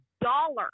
dollar